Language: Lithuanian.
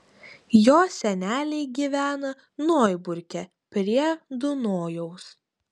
jo seneliai gyvena noiburge prie dunojaus